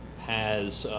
has